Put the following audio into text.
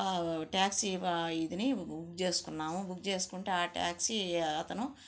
taxi ఇదిని book చేసుకున్నాము book చేసుకుంటే ఆ ట్యాక్సీ అతను